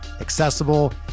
accessible